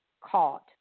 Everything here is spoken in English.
caught